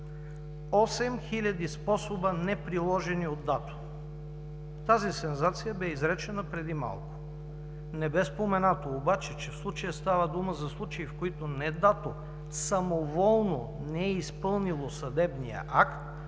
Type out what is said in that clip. способа, неприложени от ДАТО. Тази сензация бе изречена преди малко. Не бе споменато обаче, че в случая става дума за случаи, в които не ДАТО самоволно не е изпълнило съдебния акт,